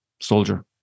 soldier